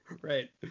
right